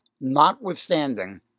notwithstanding